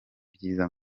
byiza